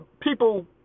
people